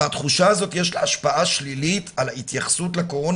ולתחושה הזאת יש השפעה שלילית על ההתייחסות לקורונה.